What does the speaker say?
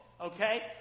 Okay